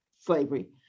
slavery